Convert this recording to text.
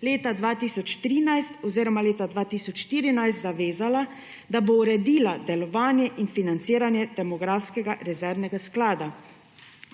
leta 2013 oziroma leta 2014 zavezala, da bo uredila delovanje in financiranje demografskega rezervnega sklada,